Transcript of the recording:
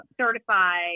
certify